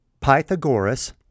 Pythagoras